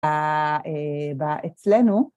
אבל אצלנו